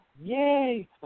Yay